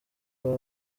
baba